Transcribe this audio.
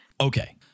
Okay